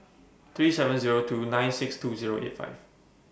three seven two nine six two eight five